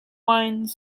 wine